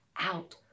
out